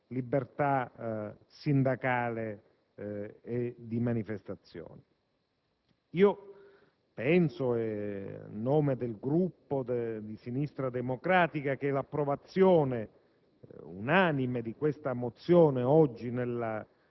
l'avvio di un processo che porti alla libertà sindacale e di manifestazione. Io credo, a nome del Gruppo Sinistra Democratica per il